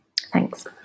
thanks